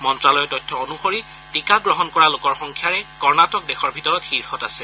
মন্ত্যালয়ৰ তথ্য অনুসৰি টীকা গ্ৰহণ কৰা লোকৰ সংখ্যাৰে কণটিক দেশৰ ভিতৰত শীৰ্ষত আছে